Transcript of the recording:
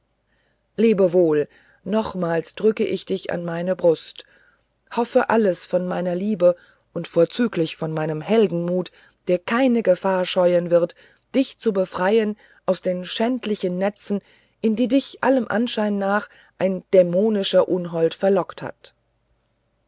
wohl nochmals drücke ich dich an meine brust hoffe alles von meiner liebe und vorzüglich von meinem heldenmut der keine gefahr scheuen wird dich zu befreien aus den schändlichen netzen in die dich allem anschein nach ein dämonischer unhold verlockt hat